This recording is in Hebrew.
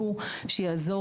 והוא שאל אותי על אוכל,